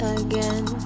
again